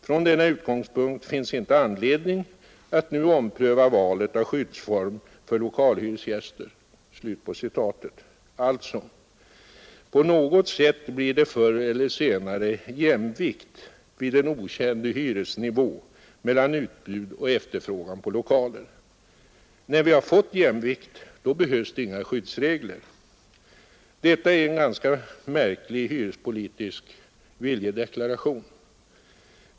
Från denna utgångspunkt finns inte anledning att nu ompröva valet av skyddsform för lokalhyresgäster.” Alltså: På något sätt blir det förr eller senare jämvikt vid en okänd hyresnivå mellan utbud och efterfrågan på lokaler. När vi har fått jämvikt behövs det inga skyddsregler. Detta är en ganska märklig hyrespolitisk viljedeklaration.